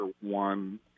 one